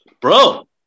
Bro